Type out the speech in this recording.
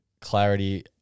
clarity